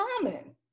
common